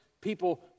people